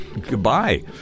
Goodbye